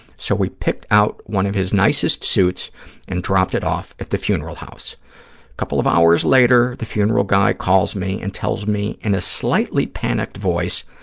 so we picked out one of his nicest suits and dropped it off at the funeral house. a couple of hours later, the funeral guy calls me and tells me, in a slightly panicked voice,